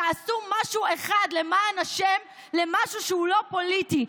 תעשו משהו אחד, למען השם, שהוא לא פוליטי.